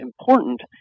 important